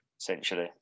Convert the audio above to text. essentially